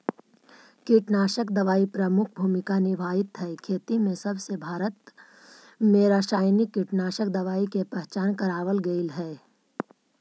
कीटनाशक दवाई प्रमुख भूमिका निभावाईत हई खेती में जबसे भारत में रसायनिक कीटनाशक दवाई के पहचान करावल गयल हे